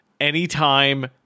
Anytime